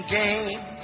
game